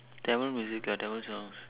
Tamil music ah Tamil sounds